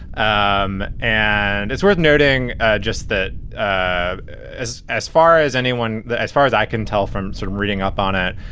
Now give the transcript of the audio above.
um and it's worth noting just that. ah as as far as anyone, as far as i can tell from sort of reading up on it,